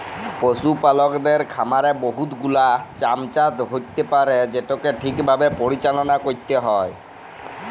পশুপালকের খামারে বহুত গুলাল ছমচ্যা হ্যইতে পারে যেটকে ঠিকভাবে পরিচাললা ক্যইরতে হ্যয়